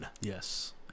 Yes